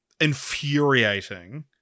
infuriating